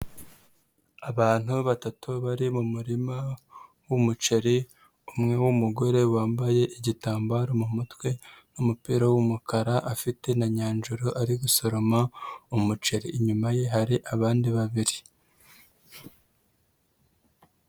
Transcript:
Abantu batatu bari mu murima w'umuceri, umwe w'umugore wambaye igitambaro mu mutwe n'umupira w'umukara, afite na nyanjoro ari gusoroma umuceri, inyuma ye hari abandi babiri.